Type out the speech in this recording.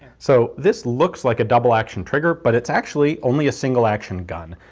so this looks like a double action trigger but it's actually only a single action gun.